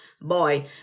boy